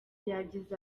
yagize